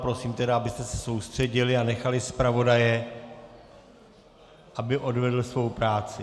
A prosím tedy, abyste se soustředili a nechali zpravodaje, aby odvedl svou práci.